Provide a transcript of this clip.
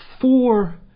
four